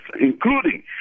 including